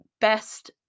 best